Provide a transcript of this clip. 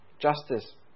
justice